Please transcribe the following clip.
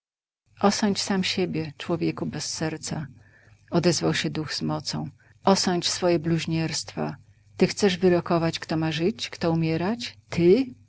zgnębiony osądź sam siebie człowieku bez serca odezwał się duch z mocą osądź swoje bluźnierstwa ty chcesz wyrokować kto ma żyć kto umierać